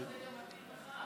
מתאים לך,